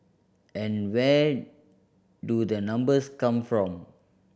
and where do the numbers come from